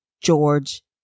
George